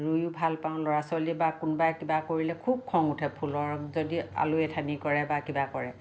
ৰুইয়ো ভাল পাওঁ ল'ৰা ছোৱালী বা কোনবাই কিবা কৰিলে খুব খং উঠে ফুলক যদি আলৈ আথানি কৰে বা কিবা কৰে